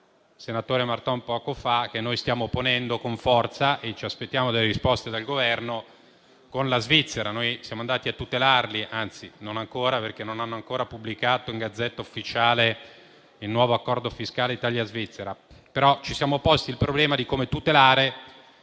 senatore Marton poco fa - che stiamo ponendo con forza e ci aspettiamo delle risposte dal Governo con la Svizzera. Noi siamo andati a tutelare dei lavoratori, anzi non ancora, perché non è stato ancora pubblicato in *Gazzetta Ufficiale* il nuovo Accordo fiscale Italia-Svizzera; però ci siamo posti il problema di come tutelare,